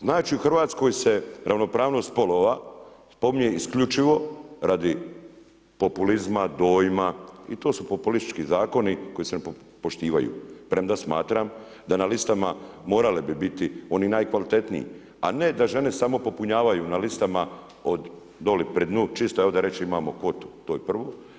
Znači u Hrvatskoj se ravnopravnost spolova spominje isključivo radi populizma, dojma i to su populistički zakoni koji se ne poštivaju, premda smatram da na listama morale bi biti one najkvalitetniji, a ne da žene samo popunjavaju na listama od doli pri dnu čisto da reći evo imamo kvotu, to je prvo.